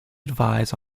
advise